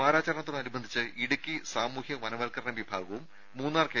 വാരാചരണത്തോടനുബന്ധിച്ച് ഇടുക്കി സാമൂഹ്യ വനവൽക്കരണ വിഭാഗവും മൂന്നാർ കെ